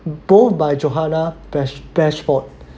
both by johannah bash~ bashford